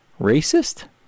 Racist